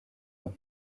nom